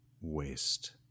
waste